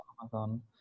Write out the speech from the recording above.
Amazon